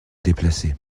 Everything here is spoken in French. déplacée